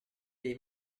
dei